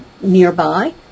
nearby